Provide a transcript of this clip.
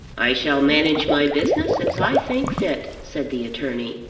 i shall manage my business as i think fit, said the attorney.